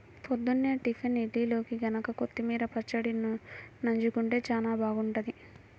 పొద్దున్నే టిఫిన్ ఇడ్లీల్లోకి గనక కొత్తిమీర పచ్చడి నన్జుకుంటే చానా బాగుంటది